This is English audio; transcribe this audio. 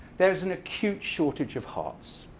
there is an acute shortage of hearts.